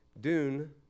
Dune